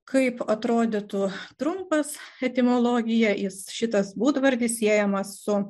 kaip atrodytų trumpas etimologiją jis šitas būdvardis siejamas su